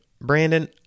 Brandon